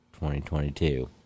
2022